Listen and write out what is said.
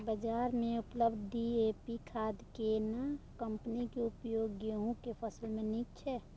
बाजार में उपलब्ध डी.ए.पी खाद के केना कम्पनी के उपयोग गेहूं के फसल में नीक छैय?